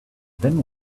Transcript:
then